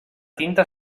tinta